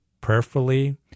prayerfully